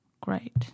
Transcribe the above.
Great